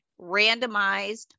randomized